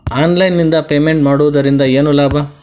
Online ನಿಂದ payment ಮಾಡುವುದರಿಂದ ಏನು ಲಾಭ?